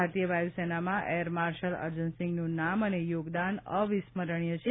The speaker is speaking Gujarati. ભારતીય વાયુસેનામાં એર માર્શલ અર્જનસિંઘનું નામ અને યોગદાન અવિસ્મરણીય છે